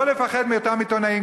לא לפחד מאותם עיתונאים,